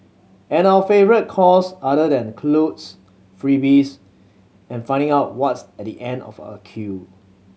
and our favourite cause other than clothes freebies and finding out what's at the end of a queue